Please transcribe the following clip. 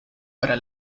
para